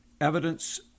evidence